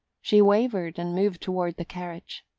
she wavered, and moved toward the carriage.